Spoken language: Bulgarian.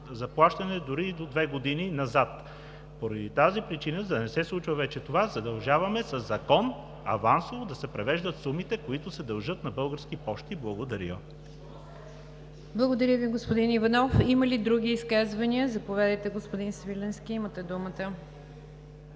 за плащане дори до две години назад. Поради тази причина, за да не се случва вече това, задължаваме със закон авансово да се превеждат сумите, които се дължат на Български пощи. Благодаря. ПРЕДСЕДАТЕЛ НИГЯР ДЖАФЕР: Благодаря, господин Иванов. Има ли други изказвания? Заповядайте, господин Свиленски – имате думата.